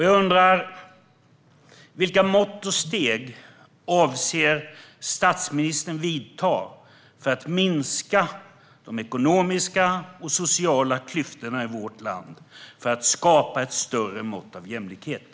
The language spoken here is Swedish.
Jag undrar vilka mått och steg statsministern avser att ta för att minska de ekonomiska och sociala klyftorna i vårt land och skapa ett större mått av jämlikhet.